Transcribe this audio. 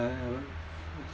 uh